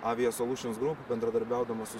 avia solutions group bendradarbiaudama su